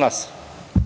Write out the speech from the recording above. ove